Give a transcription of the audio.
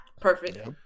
Perfect